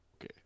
Okay